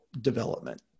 development